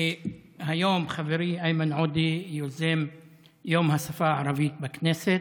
היום חברי איימן עודה יוזם את יום השפה הערבית בכנסת,